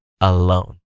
alone